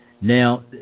Now